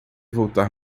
voltar